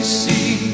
see